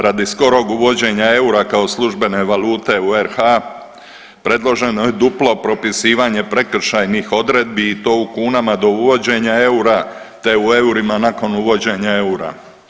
Radi skorog uvođenja eura kao službene valute u RH predloženo je duplo propisivanje prekršajnih odredbi i to u kunama do uvođenja eura, te u eurima nakon uvođenja eura.